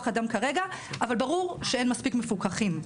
אדם כרגע אבל ברור שאין מספיק מפוקחים.